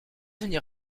venir